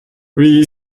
wie